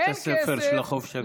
בית הספר של החופש הגדול.